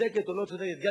צודקת או לא צודקת.